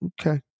Okay